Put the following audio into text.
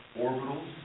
orbitals